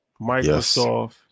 Microsoft